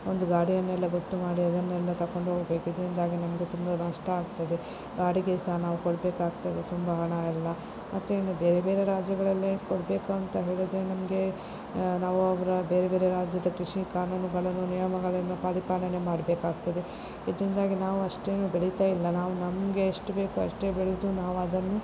ಒಂದು ಗಾಡಿಯನ್ನೆಲ್ಲ ಗೊತ್ತು ಮಾಡಿ ಅದನ್ನೆಲ್ಲ ತಕೊಂಡು ಹೋಗಬೇಕು ಇದರಿಂದಾಗಿ ನಮಗೆ ತುಂಬ ನಷ್ಟ ಆಗ್ತದೆ ಗಾಡಿಗೆ ಸಹ ನಾವು ಕೊಡಬೇಕಾಗ್ತದೆ ತುಂಬ ಹಣ ಎಲ್ಲ ಮತ್ತು ಇನ್ನು ಬೇರೆ ಬೇರೆ ರಾಜ್ಯಗಳಲ್ಲಿ ಕೊಡಬೇಕು ಅಂತ ಹೇಳಿದರೆ ನಮಗೆ ನಾವು ಅವರ ಬೇರೆ ಬೇರೆ ರಾಜ್ಯದ ಕೃಷಿ ಕಾನೂನುಗಳನ್ನು ನಿಯಮಗಳನ್ನು ಪರಿಪಾಲನೆ ಮಾಡಬೇಕಾಗ್ತದೆ ಇದರಿಂದಾಗಿ ನಾವು ಅಷ್ಟೇನೂ ಬೆಳಿತಾ ಇಲ್ಲ ನಾವು ನಮಗೆ ಎಷ್ಟು ಬೇಕು ಅಷ್ಟೇ ಬೆಳೆಯುವುದು ನಾವು ಅದನ್ನು